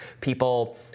people